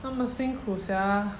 那么幸苦 sia